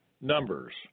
Numbers